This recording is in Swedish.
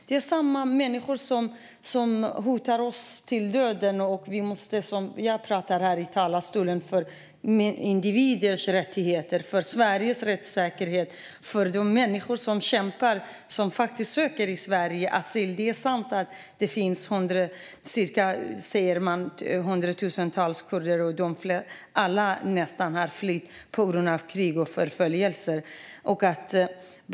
Det är samma människor som hotar oss till döden när jag pratar här i talarstolen för individers rättigheter, för Sveriges rättssäkerhet, för de människor som kämpar och som söker asyl i Sverige. Det är sant att det finns hundratusentals kurder här, och nästan alla har flytt på grund av krig och förföljelse.